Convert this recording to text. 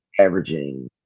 averaging